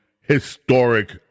historic